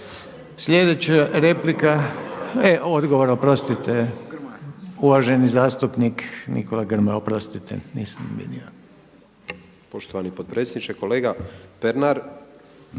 Sljedeća replika, e odgovor oprostite, uvaženi zastupnik Nikola Grmoja. Oprostite nisam vidio.